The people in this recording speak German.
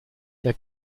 der